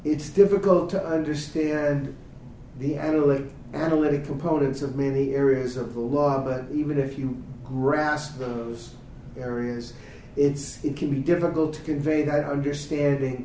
it's difficult to understand the analytic analytic proponents of many areas of the law that even if you grasp those areas it's it can be difficult to convey that understanding